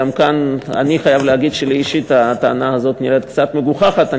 אני חייב להגיד שלי אישית הטענה הזאת נראית קצת מגוחכת,